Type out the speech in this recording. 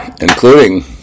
including